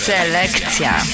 Selekcja